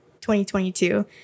2022